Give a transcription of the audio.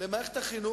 למערכת החינוך,